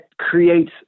creates